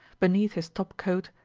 beneath his top-coat,